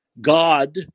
God